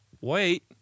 wait